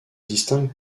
distingue